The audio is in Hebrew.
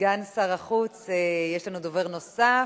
סגן שר החוץ, יש לנו דובר נוסף,